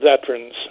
veterans